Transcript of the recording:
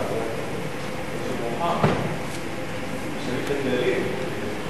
32) (התאמה לחוק-יסוד: הכנסת),